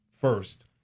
first